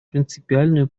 принципиальную